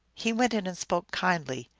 he went in and spoke kindly.